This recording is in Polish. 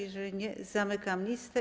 Jeżeli nie, zamykam listę.